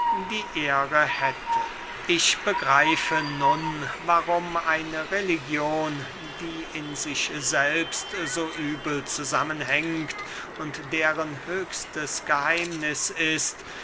die ehre hätte ich begreife nun warum eine religion die in sich selbst so übel zusammen hängt und deren höchstes geheimniß ist